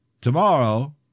Tomorrow